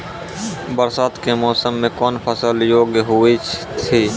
बरसात के मौसम मे कौन फसल योग्य हुई थी?